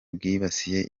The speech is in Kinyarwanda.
bwibasiye